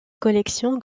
collection